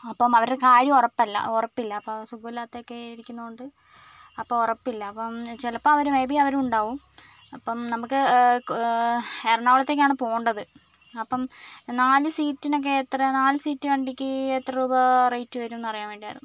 അപ്പം അവരുടെ കാര്യം ഉറപ്പില്ല ഉറപ്പില്ല അപ്പോൾ സുഖമില്ലാതെ ഒക്കെ ഇരിക്കുന്നത് കൊണ്ട് അപ്പം ഉറപ്പില്ല അപ്പം ചിലപ്പം അവർ മേയ്ബി അവർ ഉണ്ടാവും അപ്പം നമുക്ക് എറണാകുളത്തേക്കാണ് പോവേണ്ടത് അപ്പം നാല് സീറ്റിന് ഒക്കെ എത്ര നാല് സീറ്റ് വണ്ടിക്ക് എത്ര രൂപ റേറ്റ് വരും എന്ന് അറിയാൻ വേണ്ടിയായിരുന്നു